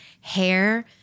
hair